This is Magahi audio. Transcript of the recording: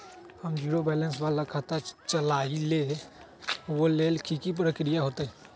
हम जीरो बैलेंस वाला खाता चाहइले वो लेल की की प्रक्रिया होतई?